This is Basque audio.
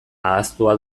ahaztua